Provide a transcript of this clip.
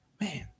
Man